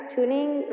Tuning